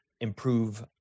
improve